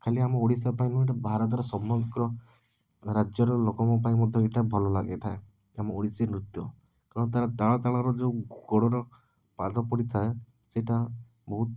ଖାଲି ଆମ ଓଡ଼ିଶା ପାଇଁ ନୁହଁ ଭାରତର ସମଗ୍ର ରାଜ୍ୟର ଲୋକଙ୍କପାଇଁ ମଧ୍ୟ ଏଇଟା ଭଲ ଲାଗିଥାଏ ଆମ ଓଡ଼ିଶୀନୃତ୍ୟ ଏବଂ ତା' ତାଳତାଳର ଯେଉଁ ଗୋଡ଼ର ପାଦ ପଡ଼ିଥାଏ ସେଇଟା ବହୁତ